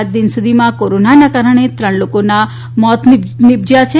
આજદીન સુધીમાં કોરોનાને કરણે ત્રણ લોકોના મોત નિપજયા છે